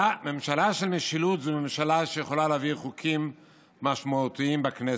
ממשלה של משילות זו ממשלה שיכולה להעביר חוקים משמעותיים בכנסת,